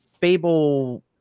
Fable